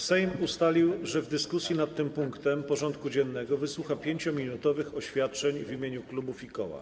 Sejm ustalił, że w dyskusji nad tym punktem porządku dziennego wysłucha 5-minutowych oświadczeń w imieniu klubów i koła.